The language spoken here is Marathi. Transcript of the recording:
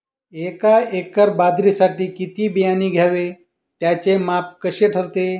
एका एकर बाजरीसाठी किती बियाणे घ्यावे? त्याचे माप कसे ठरते?